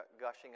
gushing